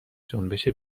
جنبش